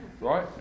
right